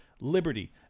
LIBERTY